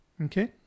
okay